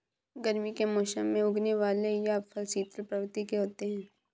गर्मी के मौसम में उगने वाले यह फल शीतल प्रवृत्ति के होते हैं